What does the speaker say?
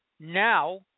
now